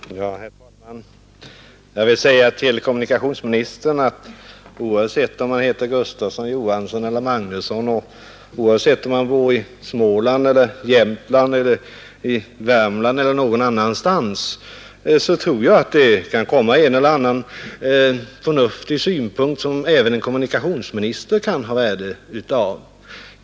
Herr talman! Jag vill säga till kommunikationsministern att oavsett om man heter Gustavsson, Johansson eller Magnusson och oavsett om man bor i Småland, Jämtland eller Värmland eller någon annanstans, kan man komma med en eller annan förnuftig synpunkt som kan ha värde även för en kommunikationsminister.